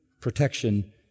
protection